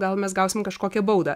gal mes gausim kažkokią baudą